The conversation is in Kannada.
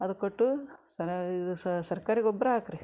ಅದಕ್ಕೆ ಒಟ್ಟು ಸನಾ ಸರಕಾರಿ ಗೊಬ್ಬರ ಹಾಕಿರಿ